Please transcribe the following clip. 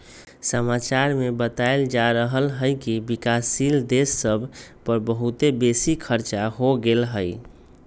समाचार में बतायल जा रहल हइकि विकासशील देश सभ पर बहुते बेशी खरचा हो गेल हइ